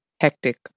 hectic